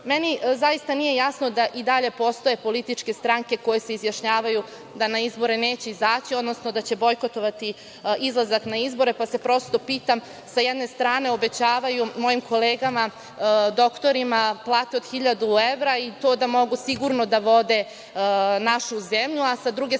zaista nije jasno da i dalje postoje političke stranke koje se izjašnjavaju da na izbore neće izaći, odnosno da će bojkotovati izlazak na izbore, pa se prosto pitam, sa jedne strane obećavaju mojim kolegama, doktorima, plate od 1.000 evra i to da mogu sigurno da vode našu zemlju, a sa druge strane